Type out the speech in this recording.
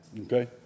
Okay